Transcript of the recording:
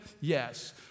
Yes